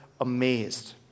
amazed